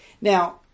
Now